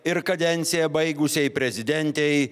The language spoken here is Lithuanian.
ir kadenciją baigusiai prezidentei